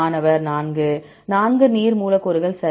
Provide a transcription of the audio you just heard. மாணவர் 4 4 நீர் மூலக்கூறுகள் சரி